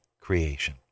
creation